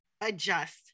adjust